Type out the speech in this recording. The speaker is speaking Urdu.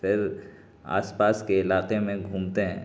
پھر آس پاس کے علاقے میں گھومتے ہیں